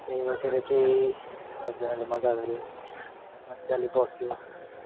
त्यहीँ बसेर चाहिँ सबजनाले मज्जा गऱ्यो मज्जाले बस्यो